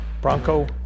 Bronco